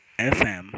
fm